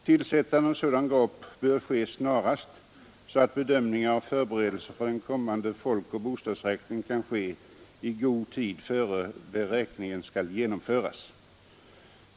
Tillsättandet av en sådan grupp bör ske snarast, så att bedömningar och förberedelser för den kommande folkoch bostadsräkningen kan ske i god tid innan den räkningen skall genomföras.